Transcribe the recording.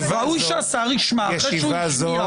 ראוי שהשר ישמע אחרי שהוא השמיע,